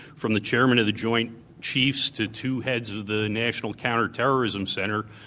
from the chairman of the joint chiefs to two heads of the national counter terrorism center,